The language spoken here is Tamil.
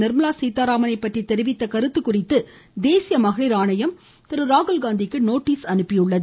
நிர்மலா சீதாராமனைப் பற்றி தெரிவித்த கருத்து குறித்து தேசிய மகளிர் ஆணையம் அவருக்கு நோட்டீஸ் அனுப்பி உள்ளது